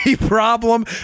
problem